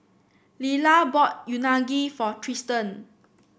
Lilah bought Unagi for Tristen